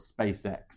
SpaceX